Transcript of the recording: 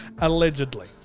allegedly